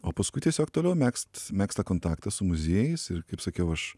o paskui tiesiog toliau megzt megzt tą kontaktą su muziejais ir kaip sakiau aš